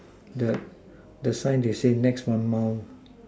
the the sign they say next one mound